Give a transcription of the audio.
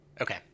Okay